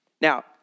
Now